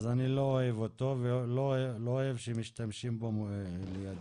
ואני לא אוהב אותו ולא אוהב שמשתמשים בו לידי.